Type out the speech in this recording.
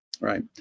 right